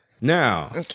Now